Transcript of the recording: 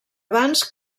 abans